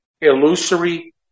illusory